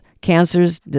cancers